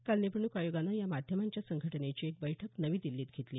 काल निवडणूक आयोगानं या माध्यमांच्या संघटनेची एक बैठक नवी दिल्लीत घेतली